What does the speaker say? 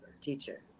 teacher